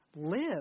live